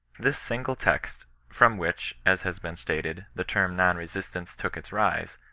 this single text, from which, as has been stated, the term non-resistance took its rise,